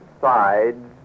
sides